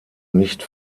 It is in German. nicht